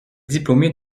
diplômé